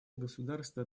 государство